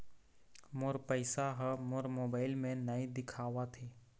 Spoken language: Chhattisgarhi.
मोर पैसा ह मोर मोबाइल में नाई दिखावथे